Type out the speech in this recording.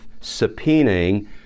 subpoenaing